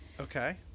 Okay